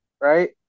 right